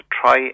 try